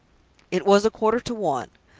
it was a quarter to one.